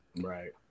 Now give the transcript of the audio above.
Right